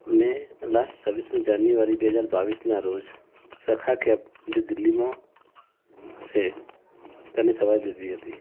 મેં લાસ્ટ છવ્વીસમી જાન્યુઆરી બે હજાર બાવીસના રોજ સખા કૅબ જે દિલ્હીમાં છે તેની સવારી લીધી હતી